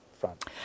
front